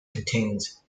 contains